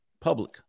public